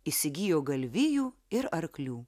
įsigijo galvijų ir arklių